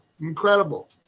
Incredible